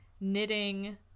knitting